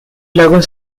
lagos